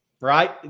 right